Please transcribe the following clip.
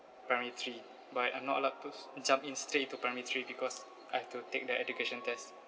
primary three but I'm not allowed to s~ jump in straight into primary three because I've to take the education test